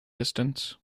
distance